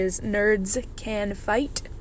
nerdscanfight